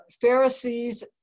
Pharisees